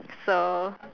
so